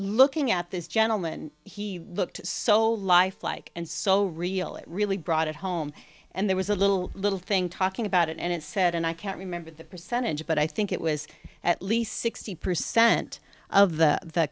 looking at this gentleman he looked so lifelike and so real it really brought it home and there was a little little thing talking about it and it said and i can't remember the percentage but i think it was at least sixty percent of the